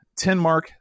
Tenmark